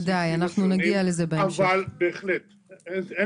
עוד שתי